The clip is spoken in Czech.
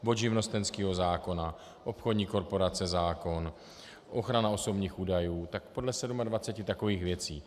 Od živnostenského zákona, obchodní korporace zákon, ochrana osobních údajů, tak podle 27 takových věcí.